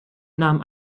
nahm